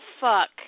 fuck